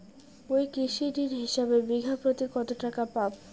মুই কৃষি ঋণ হিসাবে বিঘা প্রতি কতো টাকা পাম?